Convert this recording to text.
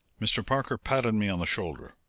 mr. parker patted me on the shoulder.